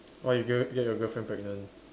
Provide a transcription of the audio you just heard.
oh you get get your girlfriend pregnant